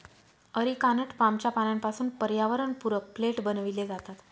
areca nut पामच्या पानांपासून पर्यावरणपूरक प्लेट बनविले जातात